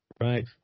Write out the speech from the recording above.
Right